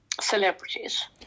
celebrities